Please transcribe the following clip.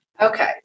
Okay